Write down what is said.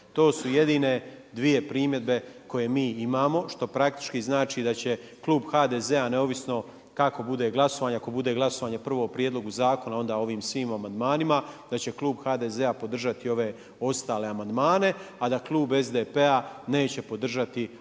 To su jedine dvije primjedbe koje mi imamo, što praktički znači da će klub HDZ-a neovisno kako bude glasovanje ako bude glasovanje prvo o prijedlogu zakona onda o ovim svim amandmanima da će klub HDZ-a podržati ove ostale amandmane, a da klub SDP-a neće podržati ako